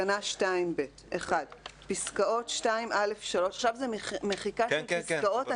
בתקנה 2(ב) " עכשיו זאת מחיקת פסקאות,